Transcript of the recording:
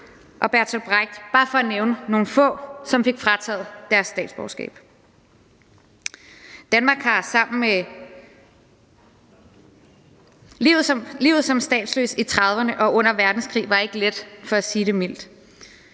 og Bertolt Brecht, bare for at nævne nogle få, der fik frataget deres statsborgerskab. Livet som statsløs i 1930'erne og under anden verdenskrig var ikke let for at sige det mildt,